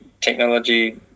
technology